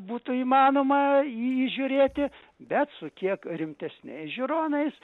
būtų įmanoma jį įžiūrėti bet su kiek rimtesniais žiūronais